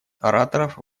ораторов